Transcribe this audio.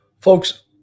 Folks